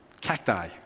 cacti